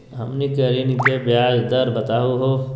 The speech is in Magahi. हमनी के ऋण के ब्याज दर बताहु हो?